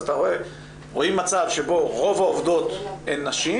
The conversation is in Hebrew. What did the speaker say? אז רואים מצב שבו רוב העובדות הן נשים